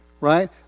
Right